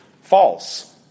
false